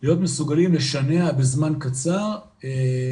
תרם כסף בעצמו,